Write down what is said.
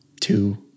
two